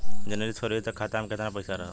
जनवरी से फरवरी तक खाता में कितना पईसा रहल?